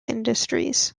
industries